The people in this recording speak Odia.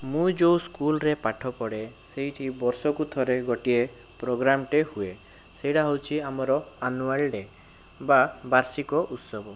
ମୁଁ ଯେଉଁ ସ୍କୁଲରେ ପାଠ ପଢ଼େ ସେଇଠି ବର୍ଷକୁ ଥରେ ଗୋଟିଏ ପ୍ରୋଗ୍ରାମଟେ ହୁଏ ସେଇଟା ହଉଛି ଆମର ଆନୁଆଲ ଡେ ବା ବାର୍ଷିକ ଉତ୍ସବ